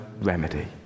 remedy